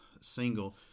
single